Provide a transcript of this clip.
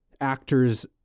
actors